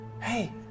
Hey